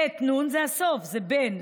ב"ית ונו"ן זה הסוף, זה בן.